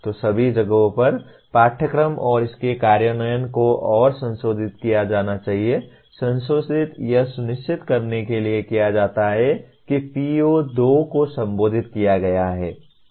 तो सभी जगहों पर पाठ्यक्रम और इसके कार्यान्वयन को और संशोधित किया जाना चाहिए संशोधित यह सुनिश्चित करने के लिए किया जाता है कि PO 2 को संबोधित किया गया है